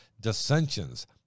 dissensions